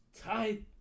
tight